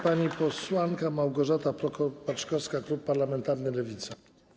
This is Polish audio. Pani posłanka Małgorzata Prokop-Paczkowska, klub parlamentarny Lewica.